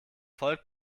volk